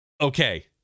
okay